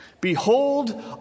Behold